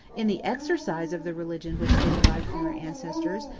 in the exercise of the religion which they derived from their ancestors,